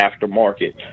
aftermarket